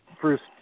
first